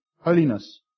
holiness